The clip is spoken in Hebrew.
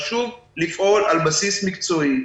חשוב לפעול על בסיס מקצועי.